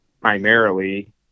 primarily